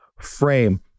frame